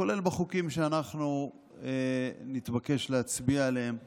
כולל בחוקים שאנחנו נתבקש להצביע עליהם הלילה.